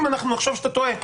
אם אנחנו נחשוב שאתה טועה,